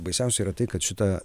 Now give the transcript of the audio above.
baisiausia yra tai kad šitą